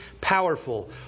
powerful